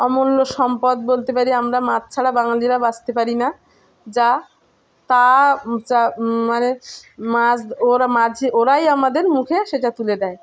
অমূল্য সম্পদ বলতে পারি আমরা মাছ ছাড়া বাঙালিরা বাঁচতে পারি না যা তা মানে মাছ ওরা মাঝে ওরাই আমাদের মুখে সেটা তুলে দেয়